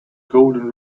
golden